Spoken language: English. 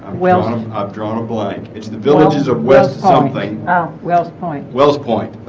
welcome i've drawn a blank it's the villages of west something oh wells point wells point